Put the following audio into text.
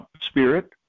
spirit